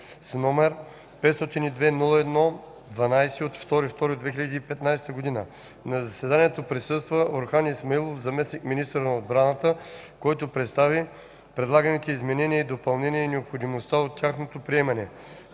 на 2 февруари 2015 г. На заседанието присъства Орхан Исмаилов – заместник- министър на отбраната, който представи предлаганите изменения и допълнения и необходимостта от тяхното приемане.